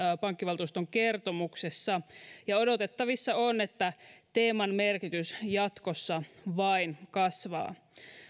pankkivaltuuston kertomuksessa ja odotettavissa on että teeman merkitys jatkossa vain kasvaa